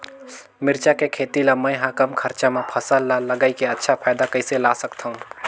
मिरचा के खेती ला मै ह कम खरचा मा फसल ला लगई के अच्छा फायदा कइसे ला सकथव?